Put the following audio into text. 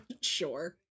Sure